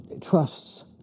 trusts